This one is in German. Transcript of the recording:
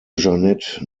jeanette